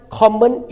common